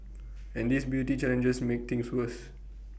and these beauty challenges make things worse